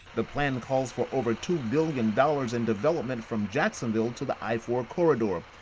the plan calls for over two billion dollars in development from jacksonville to the i-four corridor.